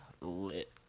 lit